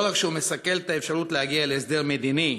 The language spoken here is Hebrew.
לא רק שהוא מסכל את האפשרות להגיע להסדר מדיני